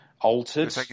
altered